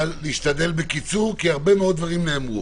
להשתדל בקיצור, כי הרבה מאוד דברים נאמרו.